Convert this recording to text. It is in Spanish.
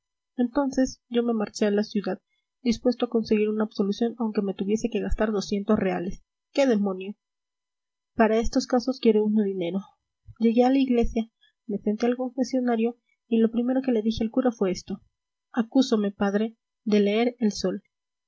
entonces yo me marché a la ciudad dispuesto a conseguir una absolución aunque me tuviese que gastar doscientos reales qué demonio para estos casos quiere uno el dinero llegué a la iglesia me senté al confesionario y lo primero que le dije al cura fue esto acúsome padre de leer el sol